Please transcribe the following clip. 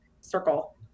circle